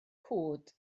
cwd